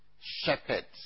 shepherds